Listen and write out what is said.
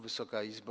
Wysoka Izbo!